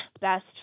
best